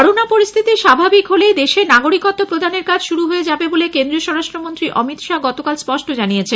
corona পরিস্থিতি স্বাভাবিক হলেই দেশে নাগরিকত্ব প্রদানের কাজ শুরু হয়ে যাবে বলে কেন্দ্রীয় স্বরাষ্ট্র মন্ত্রী অমিত শাহ গতকাল স্পষ্ট জানিয়েছেন